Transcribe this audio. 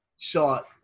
shot